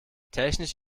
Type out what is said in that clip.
technisch